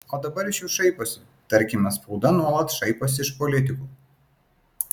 o dabar iš jų šaiposi tarkime spauda nuolat šaiposi iš politikų